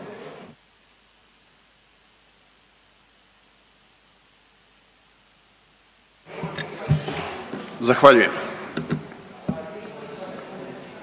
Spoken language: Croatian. zahvala.